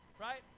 right